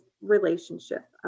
relationship